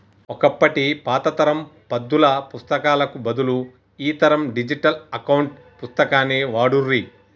ఒకప్పటి పాత తరం పద్దుల పుస్తకాలకు బదులు ఈ తరం డిజిటల్ అకౌంట్ పుస్తకాన్ని వాడుర్రి